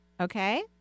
Okay